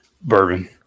Bourbon